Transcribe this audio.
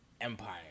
empire